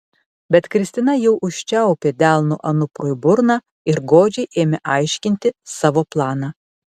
bet kristina jau užčiaupė delnu anuprui burną ir godžiai ėmė aiškinti savo planą